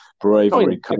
Bravery